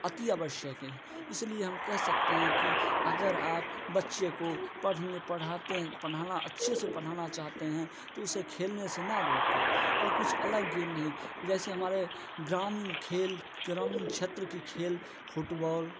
अति आवश्यक है इसलिए हम कह सकते हैं कि अगर आप बच्चे को पढ़ने पढ़ाते हैं पढ़ाना अच्छे से पढ़ाना चाहते हैं तो उसे खेलने से न रोकें और कुछ अलग गेम नहीं जैसे हमारे ग्रामीण खेल ग्रामीण क्षेत्र की खेल फुटबॉल